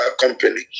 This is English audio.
company